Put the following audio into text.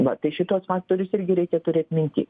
va tai šituos faktorius irgi reikia turėt minty